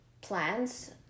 plans